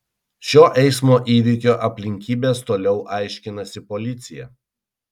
šio eismo įvykio aplinkybes toliau aiškinasi policija